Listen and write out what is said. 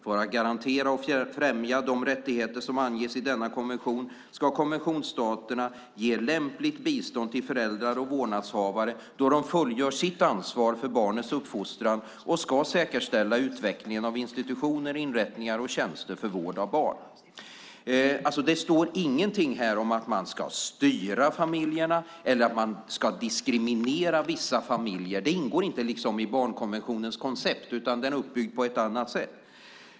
För att garantera och främja de rättigheter som anges i denna konvention ska konventionsstaterna ge lämpligt bistånd till föräldrar och vårdnadshavare då de fullgör sitt ansvar för barnens uppfostran och ska säkerställa utvecklingen av institutioner, inrättningar och tjänster för vård av barn. Det står ingenting om att man ska styra familjerna eller att man ska diskriminera vissa familjer. Det ingår liksom inte i barnkonventionens koncept, utan den är uppbyggd på ett annat sätt.